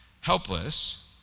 helpless